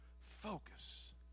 focus